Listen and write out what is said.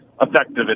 effective